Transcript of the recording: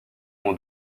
m’en